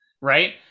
right